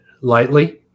lightly